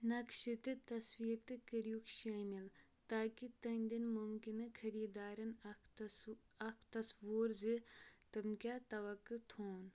نقشہِ تہٕ تصویر تہِ كریوٗكھ شٲمِل تاكہِ تہندین مٗمكِنہٕ خریدارن اكھ تَصوُ تصوٗر زِ تِم كیاہ توقعہٕ تھون